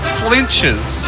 flinches